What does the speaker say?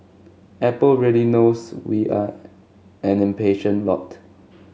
Apple really knows we are an impatient lot